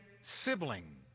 sibling